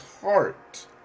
heart